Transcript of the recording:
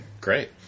Great